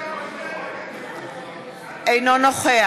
אינו נוכח